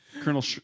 colonel